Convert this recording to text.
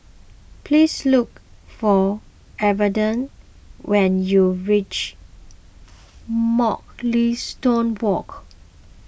please look for Evander when you reach Mugliston Walk